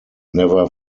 never